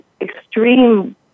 extreme